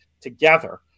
together